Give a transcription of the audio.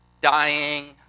dying